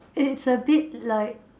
it's a bit like